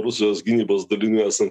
rusijos gynybos daliniuose